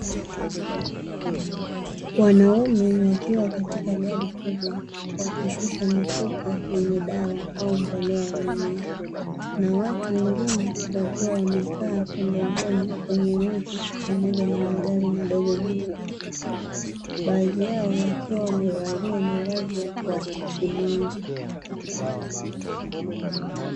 Wanaume wakiwa katika gari kubwa, wakishusha mifuko yenye dawa au mbolea ya mimea, na watu wengine wakiwa wamekaa pembezoni kwenye miti, pamoja na magari madogo meupe, baadhi yao wakiwa wamevalia mavazi ya kuakisi mwanga.